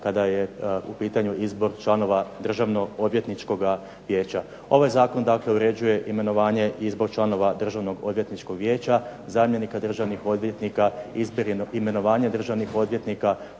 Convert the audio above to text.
kada je u pitanju izbor članova Državno odvjetničkoga vijeća. Ovaj zakon dakle uređuje imenovanje i izbor članova Državnog odvjetničkog vijeća, zamjenika državnih odvjetnika, izbor i imenovanje državnih odvjetnika,